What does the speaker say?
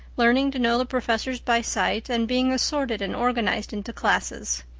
learning to know the professors by sight and being assorted and organized into classes.